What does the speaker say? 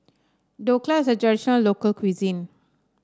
dhokla is a traditional local cuisine